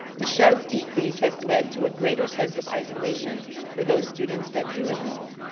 the sharp decrease has led to a greater sense of isolation for those students that do enroll.